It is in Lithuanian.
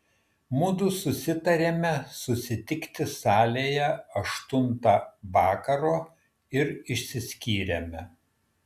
mudu susitarėme susitikti salėje aštuntą vakaro ir išsiskyrėme